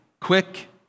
quick